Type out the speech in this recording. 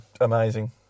amazing